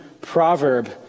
proverb